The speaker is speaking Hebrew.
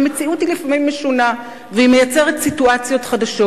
והמציאות היא לפעמים משונה והיא מייצרת סיטואציות חדשות,